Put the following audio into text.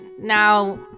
now